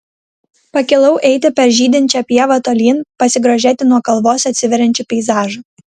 pakilau eiti per žydinčią pievą tolyn pasigrožėti nuo kalvos atsiveriančiu peizažu